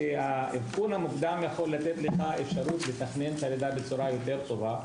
האבחון המוקדם יכול לתת לך אפשרות לתכנן את הלידה בצורה יותר טובה.